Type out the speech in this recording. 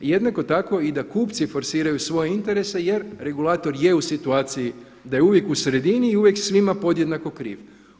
Jednako tako i da kupci forsiraju svoje interese jer regulator je u situaciji da je uvijek u sredini i uvijek svima podjednako kriv.